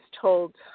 told